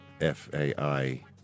F-A-I